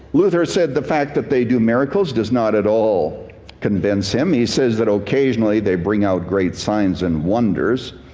luther said, the fact that they do miracles does not at all convince him. he says, that occasionally they bring out great signs and wonders.